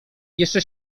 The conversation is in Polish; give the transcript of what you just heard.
jeszcze